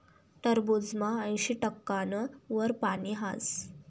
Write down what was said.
टरबूजमा ऐंशी टक्काना वर पानी हास